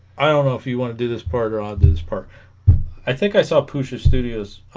i don't know if you want to do this part or ah this part i think i saw pooches studios